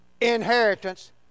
inheritance